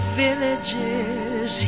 villages